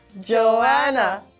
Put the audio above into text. Joanna